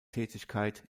tätigkeit